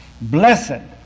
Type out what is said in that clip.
Blessed